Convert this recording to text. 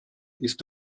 ist